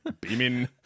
Beaming